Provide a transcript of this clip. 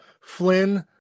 Flynn